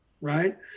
Right